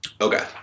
Okay